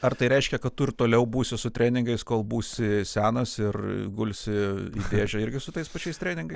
ar tai reiškia kad tu ir toliau būsi su treningais kol būsi senas ir gulsi į dėžę irgi su tais pačiais treningais